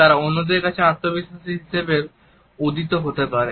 তারা অন্যদের কাছে আত্মবিশ্বাসী হিসাবের উদিত হতে পারে